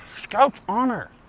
scout's honor.